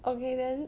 okay then